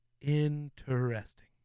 Interesting